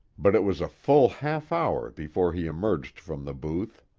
but it was a full half-hour before he emerged from the booth.